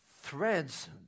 threads